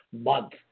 month